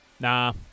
Nah